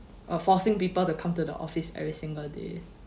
uh forcing people to come to the office every single day